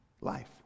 life